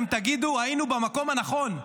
אתם תגידו: היינו במקום הנכון,